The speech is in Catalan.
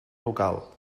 local